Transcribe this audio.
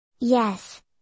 Yes